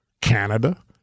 Canada